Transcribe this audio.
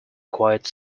quite